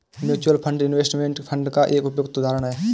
mutual fund investment fund का एक उपयुक्त उदाहरण है